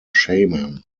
shaman